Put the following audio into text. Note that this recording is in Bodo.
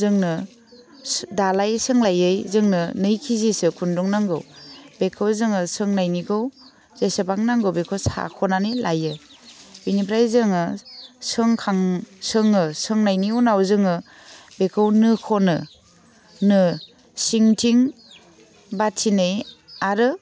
जोंनो दालाइ सोंलायै जोंनो नै केजिसो खुन्दुं नांगौ बेखौ जोंङो सोंनायनिखौ जेसेबां नांगौ बेखौ साख'नानै लायो बिनिफ्राय जोङो सोंखां सोङो सोंनायनि उनाव जोङो बेखौ नो खनो नो सिंथिं बाथिनै आरो